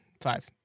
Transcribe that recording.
Five